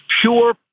pure